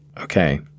Okay